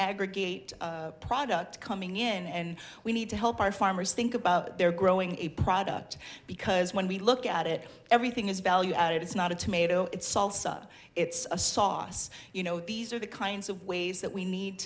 aggregate product coming in and we need to help our farmers think about their growing a product because when we look at it everything is value added it's not a tomato it's salsa it's a sauce you know these are the kinds of ways that we need